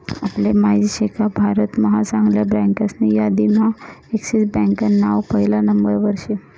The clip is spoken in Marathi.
आपले माहित शेका भारत महा चांगल्या बँकासनी यादीम्हा एक्सिस बँकान नाव पहिला नंबरवर शे